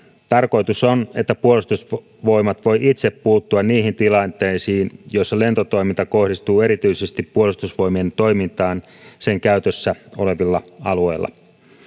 tarkoitus on että puolustusvoimat voi itse puuttua niihin tilanteisiin joissa lentotoiminta kohdistuu erityisesti puolustusvoimien toimintaan sen käytössä olevilla alueilla